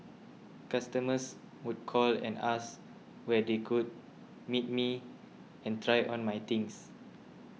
customers would call and ask where they could meet me and try on my things